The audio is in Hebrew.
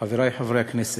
חברי חברי הכנסת,